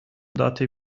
дати